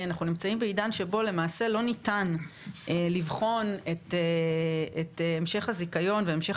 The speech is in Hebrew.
אנחנו נמצאים בעידן שבו למעשה לא ניתן לבחון את המשך הזיכיון והמשך